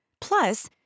Plus